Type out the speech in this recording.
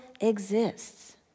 exists